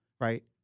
Right